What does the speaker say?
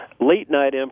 Late-night